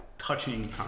touching